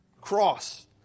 cross